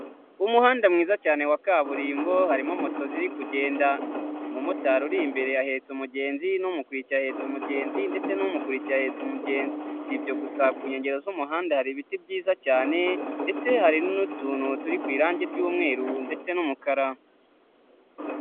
Umuhanda mwiza cyane wa kaburimbo harimo moto ziri kugenda, umumotari uri imbere ahetse umugenzi n'umukurikiye ahetse umugenzi ndetse n'umukurikiye ahetse umugenzi, si ibyo gusa ku nkengero z'umuhanda hari ibiti byiza cyane ndetse hari n'utuntu turi ku irangi ry'umweru ndetse n'umukara.